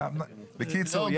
בקיצור,